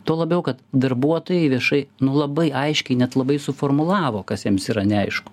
tuo labiau kad darbuotojai viešai nu labai aiškiai net labai suformulavo kas jiems yra neaišku